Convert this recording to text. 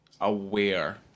aware